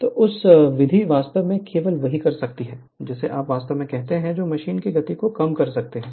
तो यह विधि वास्तव में केवल वही कर सकती है जिसे आप वास्तव में कहते हैं जो मशीन की गति को कम कर सकते हैं